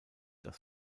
das